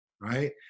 right